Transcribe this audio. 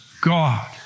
God